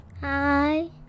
Hi